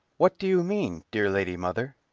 what do you mean, dear lady mother?